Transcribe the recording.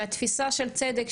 והתפיסה של צדק,